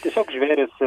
tiesiog žvėrys